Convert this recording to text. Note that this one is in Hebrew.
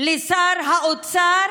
לשר האוצר